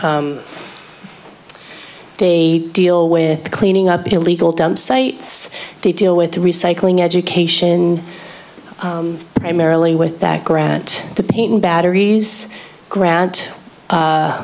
they deal with cleaning up illegal dump sites they deal with the recycling education primarily with that grant the painting batteries grant